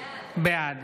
בעד